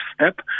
step